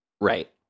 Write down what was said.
Right